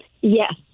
yes